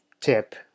tip